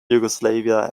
yugoslavia